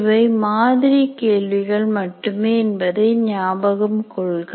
இவை மாதிரி கேள்விகள் மட்டுமே என்பதை ஞாபகம் கொள்க